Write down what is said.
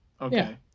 okay